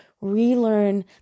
relearn